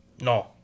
No